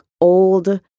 old